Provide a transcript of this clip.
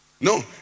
No